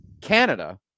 Canada